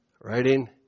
Writing